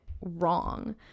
wrong